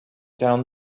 down